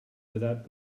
without